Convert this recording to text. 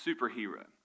Superhero